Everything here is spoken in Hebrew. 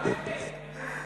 הרב אייכלר,